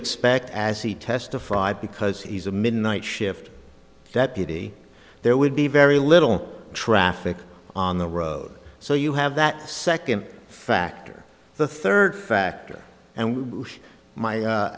expect as he testified because he's a midnight shift that duty there would be very little traffic on the road so you have that second factor the third factor and my